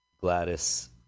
Gladys